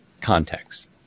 context